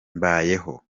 mbayeho